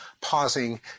pausing